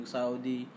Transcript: Saudi